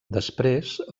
després